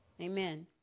Amen